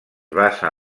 basa